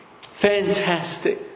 fantastic